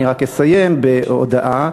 אני אסיים בהודעה.